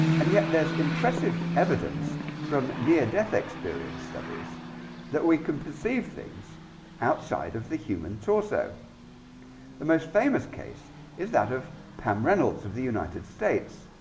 and yet, there's impressive evidence from near death experience studies that we can perceive things outside of the human torso the most famous case is that of pam reynolds of the united states?